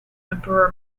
emperor